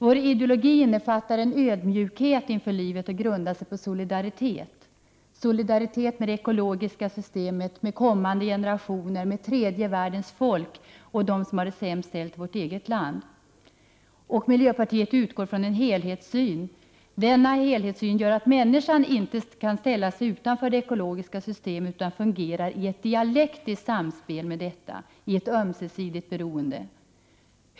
Vår ideologi innefattar en ödmjukhet inför livet och grundar sig på en solidaritet med djur, natur och det ekologiska systemet — en solidaritet med kommande generationer, med tredje världens folk och med dem som har det sämst ställt i vårt eget land. Miljöpartiet utgår ifrån en helhetssyn. Denna helhetssyn innebär att människan inte skall ställa sig utanför det ekologiska systemet, utan fungera i ett dialektiskt samspel med detta, i ett ömsesidigt beroende.